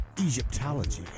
Egyptology